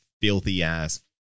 filthy-ass